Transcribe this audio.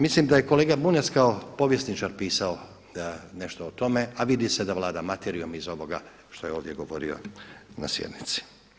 Mislim da je kolega Bunjac kao povjesničar pisao nešto o tome, a vidi se da vlada materijom iz ovoga što je ovdje govorio na sjednici.